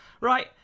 Right